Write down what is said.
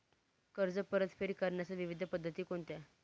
कर्ज परतफेड करण्याच्या विविध पद्धती कोणत्या?